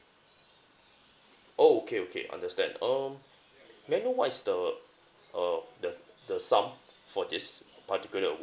oh okay okay understand um may I know what is the uh the the sum for this particular award